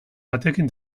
batekin